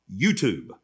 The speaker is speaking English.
YouTube